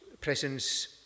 presence